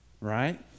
right